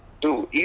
dude